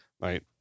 right